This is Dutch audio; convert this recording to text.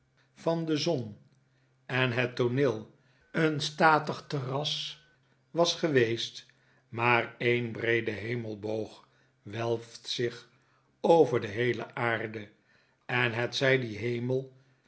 van de zon en het tooneel een statig terras was geweest maar een breede hemelboog welft zich over de heele aarde en hetzij die hemel